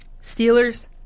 Steelers